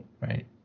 right